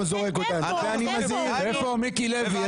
איפה מיקי לוי?